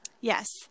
Yes